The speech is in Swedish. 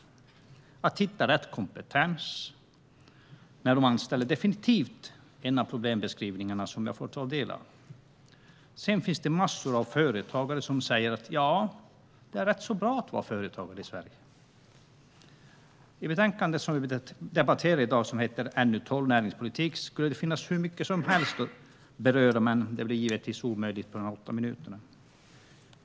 Att det är svårt att hitta rätt kompetens när de anställer är definitivt en av problembeskrivningarna som jag får ta del av. Sedan finns det massor av företagare som säger att det är ganska bra att vara företagare i Sverige. I det betänkande som vi debatterar i dag, som heter NU12 Näringspolitik , skulle det finnas hur mycket som helst att beröra, men givetvis blir det omöjligt på mina åtta minuter.